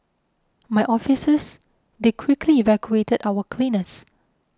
my officers they quickly evacuated our cleaners